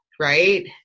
Right